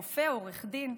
רופא או עורך דין.